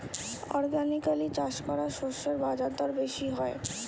organically চাষ করা শস্যের বাজারদর বেশি হয়